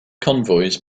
convoys